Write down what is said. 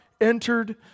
entered